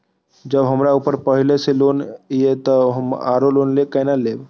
जब हमरा ऊपर पहले से लोन ये तब हम आरो लोन केना लैब?